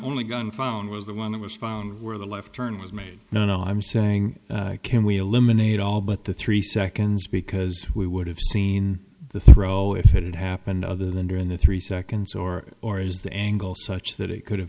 only gun found was the one that was found where the left turn was made no no i'm saying can we eliminate all but the three seconds because we would have seen the throw if it had happened other than during the three seconds or or is the angle such that it could have